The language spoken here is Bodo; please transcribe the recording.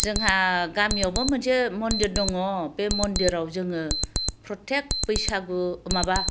जोंहा गामियावबो मोनसे मन्दिर दङ बे मन्दिराव जोङो प्रथ्येक बैसागु माबा